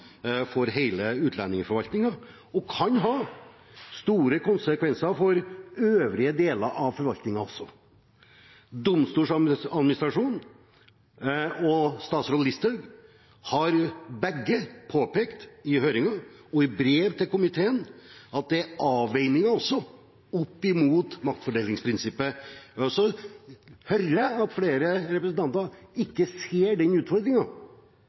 for hele utlendingsforvaltningen og kan ha store konsekvenser også for øvrige deler av forvaltningen. Domstoladministrasjonen og statsråd Sylvi Listhaug har begge påpekt, i høringen og i brev til komiteen, at det også er avveininger opp imot maktfordelingsprinsippet. Så hører jeg at flere representanter ikke ser den